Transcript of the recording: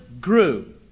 grew